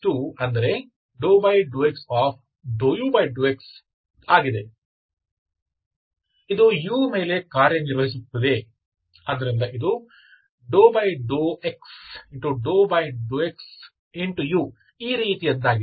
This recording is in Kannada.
ಇದು u ಮೇಲೆ ಕಾರ್ಯನಿರ್ವಹಿಸುತ್ತಿದೆ ಆದ್ದರಿಂದ ಇದು ∂x∂x∙u ಈ ರೀತಿಯದ್ದಾಗಿದೆ